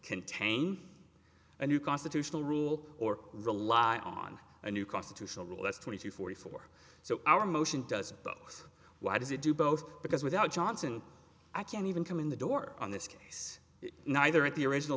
contain a new constitutional rule or rely on a new constitutional rule that's twenty two forty four so our motion doesn't books why does it do both because without johnson i can't even come in the door on this case neither at the original